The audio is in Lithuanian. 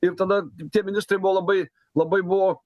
ir tada tie ministrai buvo labai labai buvo